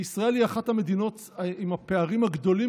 וישראל היא אחת המדינות עם הפערים הגדולים